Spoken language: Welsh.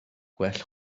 gwell